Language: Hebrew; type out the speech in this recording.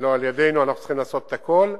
לא על-ידינו, אנחנו צריכים לעשות הכול.